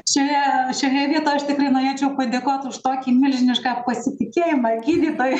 čia šioje vietoj aš tikrai norėčiau padėkot už tokį milžinišką pasitikėjimą gydytoju